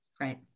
Right